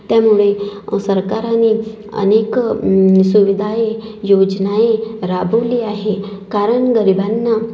त्यामुळे सरकारने अनेक सुविधाए योजनाए राबवली आहे कारण गरिबांना